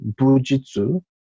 Bujitsu